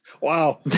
Wow